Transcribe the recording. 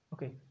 Okay